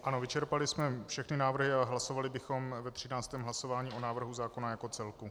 Ano, vyčerpali jsme všechny návrhy a hlasovali bychom ve třináctém hlasování o návrhu zákona jako celku.